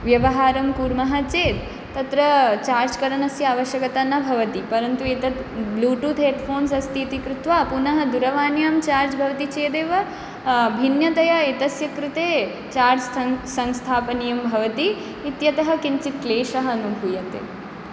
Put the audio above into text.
व्यवहारं कुर्मः चेत् तत्र चार्ज् करणस्य आवश्यकता न भवति परन्तु एतत् ब्लूटूत् हेड्फोन्स् अस्ति इति कृत्वा पुनः दूरवाण्यां चार्ज् भवति चेदेव भिन्नतया एतस्य कृते चार्ज् संस्थापनीयं भवति इत्यतः किञ्चित् क्लेशः अनुभूयते